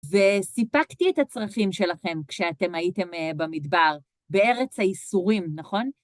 וסיפקתי את הצרכים שלכם כשאתם הייתם במדבר, בארץ האיסורים, נכון?